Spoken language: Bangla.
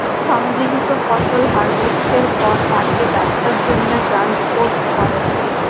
সংগৃহীত ফসল হারভেস্টের পর তাকে ব্যবসার জন্যে ট্রান্সপোর্ট করে